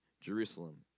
Jerusalem